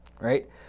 right